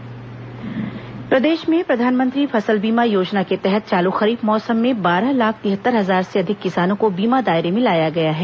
फसल बीमा योजना प्रदेश में प्रधानमंत्री फसल बीमा योजना के तहत चालू खरीफ मौसम में बारह लाख तिहत्तर हजार से अधिक किसानों को बीमा दायरे में लाया गया है